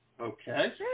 Okay